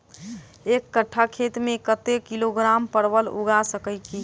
एक कट्ठा खेत मे कत्ते किलोग्राम परवल उगा सकय की??